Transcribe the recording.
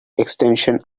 extension